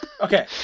Okay